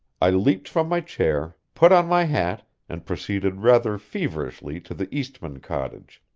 i leaped from my chair, put on my hat, and proceeded rather feverishly to the eastmann cottage.